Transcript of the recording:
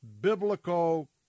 biblical